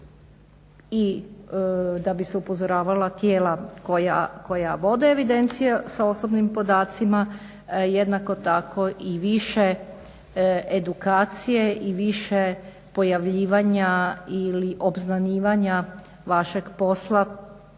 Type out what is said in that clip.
i da bi se upozoravala tijela koja vode evidencije sa osobnim podacima, jednako tako i više edukacije i više pojavljivanja ili obznanjivanja vašeg posla